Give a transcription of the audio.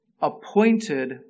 appointed